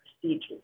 procedures